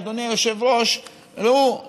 אדוני היושב-ראש: ראו,